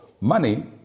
money